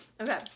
okay